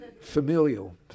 familial